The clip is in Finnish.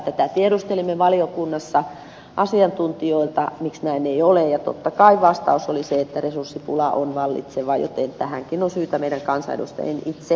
tätä tiedustelimme valiokunnassa asiantuntijoilta miksi näin ei ole ja totta kai vastaus oli se että resurssipula on vallitseva joten tässäkin on syytä meidän kansanedustajien itse katsoa peiliin